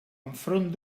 enfront